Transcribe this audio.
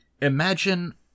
Imagine